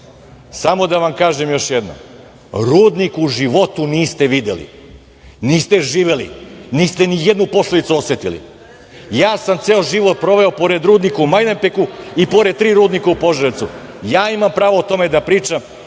Samo da vam kažem još jednom, rudnik u životu niste videli, niste živeli, niste nijednu posledicu osetili, ja sam ceo život proveo pored rudnika u Majdanpeku, i pored tri rudnika u Požarevcu. Ja imam pravo o tome da pričam,